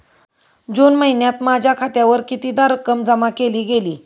जून महिन्यात माझ्या खात्यावर कितीदा रक्कम जमा केली गेली?